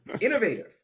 innovative